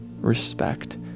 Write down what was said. respect